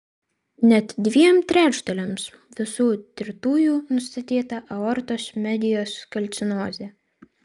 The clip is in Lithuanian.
net dviem trečdaliams visų tirtųjų nustatyta aortos medijos kalcinozė